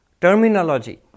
terminology